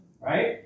right